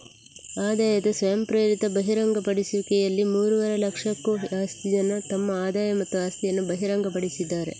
ಆದಾಯದ ಸ್ವಯಂಪ್ರೇರಿತ ಬಹಿರಂಗಪಡಿಸುವಿಕೆಯಲ್ಲಿ ಮೂರುವರೆ ಲಕ್ಷಕ್ಕೂ ಜಾಸ್ತಿ ಜನ ತಮ್ಮ ಆದಾಯ ಮತ್ತು ಆಸ್ತಿಯನ್ನ ಬಹಿರಂಗಪಡಿಸಿದ್ದಾರೆ